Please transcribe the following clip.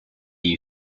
you